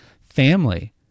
Family